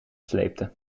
sleepte